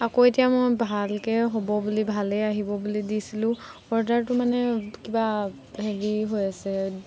আকৌ এতিয়া মই ভালকৈ হ'ব বুলি ভালেই আহিব বুলি দিছিলোঁ অৰ্ডাৰটো মানে কিবা হেৰি হৈ আছে